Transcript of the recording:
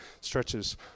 stretches